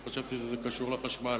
כי חשבתי שזה קשור לחשמל.